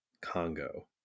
Congo